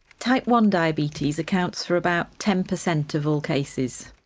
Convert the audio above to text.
type one diabetes accounts for about ten per cent of all cases.